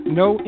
no